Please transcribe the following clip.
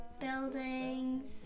buildings